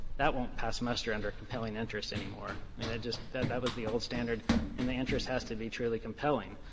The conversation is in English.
that won't pass muster under compelling interest anymore. i mean, that just that that was the old standard and the interest has to be truly compelling.